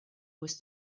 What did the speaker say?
was